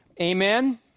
Amen